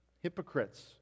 hypocrites